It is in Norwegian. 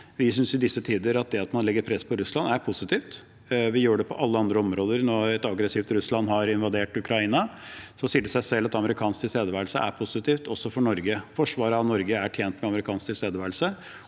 i disse tider at det at man legger press på Russland, er positivt. Vi gjør det på alle andre områder. Når et aggressivt Russland har invadert Ukraina, sier det seg selv at amerikansk tilstedeværelse er positivt, også for Norge. Forsvaret av Norge er tjent med amerikansk tilstedeværelse.